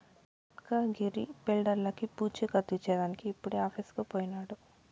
ఈ యాద్గగిరి బిల్డర్లకీ పూచీకత్తు ఇచ్చేదానికి ఇప్పుడే ఆఫీసుకు పోయినాడు